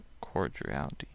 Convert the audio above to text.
cordiality